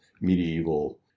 medieval